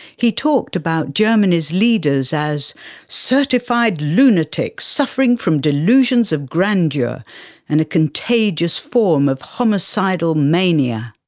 he talked about germany's leaders as certified lunatics suffering from delusions of grandeur and a contagious form of homicidal mania.